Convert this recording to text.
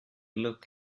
look